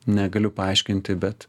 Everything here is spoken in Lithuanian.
negaliu paaiškinti bet